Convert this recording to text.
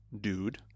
dude